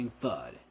thud